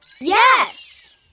Yes